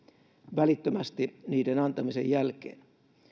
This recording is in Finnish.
välittömästi niiden antamisen jälkeen